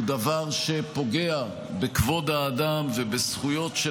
הוא דבר שפוגע בכבוד האדם ובזכויות של